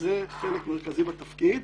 שזה חלק מרכזי בתפקיד.